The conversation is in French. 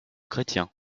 chrétien